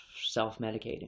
self-medicating